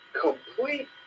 complete